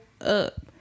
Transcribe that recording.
up